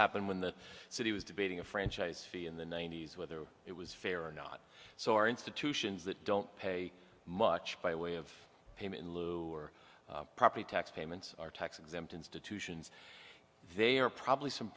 happened when the city was debating a franchise fee in the ninety's whether it was fair or not so are institutions that don't pay much by way of payment or property tax payments are tax exempt institutions they are probably some